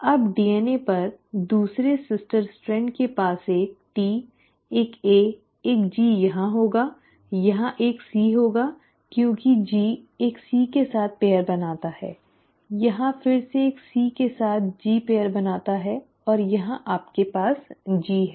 अब डीएनए पर दूसरे सिस्टर स्ट्रैंड के पास एक T एक A एक G यहां होगा यहां एक C होगा क्योंकि G एक C के साथ जोड़ा बनाता है यहां फिर से एक C के साथ G जोड़ा बनाता है और यहां आपके पास G है